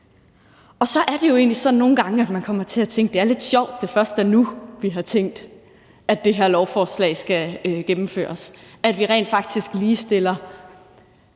Og så er det jo egentlig sådan nogle gange, at man kommer til at tænke: Det er lidt sjovt, at det først er nu, vi har tænkt på, at det her lovforslag skal gennemføres, altså at vi rent faktisk ligestiller